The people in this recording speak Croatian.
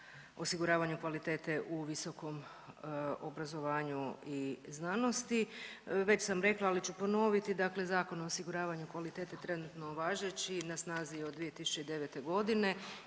osiguravanju kvalitete u visokom obrazovanju i znanosti. Već sam rekla, ali ću ponoviti, dakle Zakon o osiguravanju kvalitete trenutno važeći na snazi je od 2009.g.